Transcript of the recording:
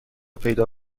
پیدا